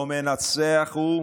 לא מנצח הוא,